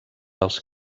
dels